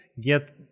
get